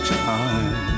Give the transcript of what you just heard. time